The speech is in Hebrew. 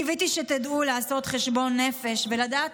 קיוויתי שתדעו לעשות חשבון נפש ולדעת